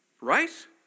Right